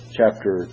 chapter